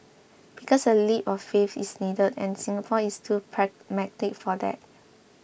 because a leap of faith is needed and Singapore is too pragmatic for that